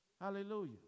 Hallelujah